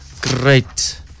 Great